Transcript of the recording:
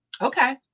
Okay